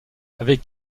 avec